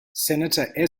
senator